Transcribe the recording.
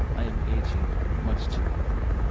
i am aging much too quickly